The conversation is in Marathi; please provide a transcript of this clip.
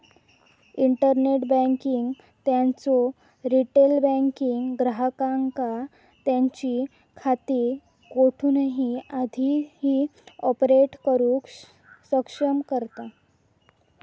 इंटरनेट बँकिंग त्यांचो रिटेल बँकिंग ग्राहकांका त्यांची खाती कोठूनही कधीही ऑपरेट करुक सक्षम करता